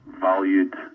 valued